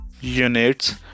units